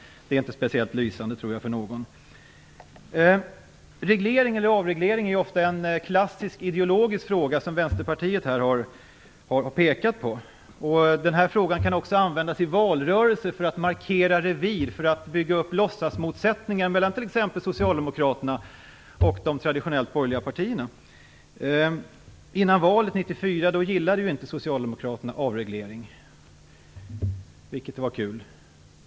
Den är inte speciellt lysande. Reglering eller avreglering är ofta en klassisk ideologisk fråga, som Vänsterpartiet har pekat på. Den här frågan kan också användas i valrörelser för att markera revir och för att bygga upp låtsasmotsättningar mellan t.ex. socialdemokraterna och de traditionellt borgerliga partierna. Innan valet 1994 gillade inte socialdemokraterna avregleringar, vilket var bra.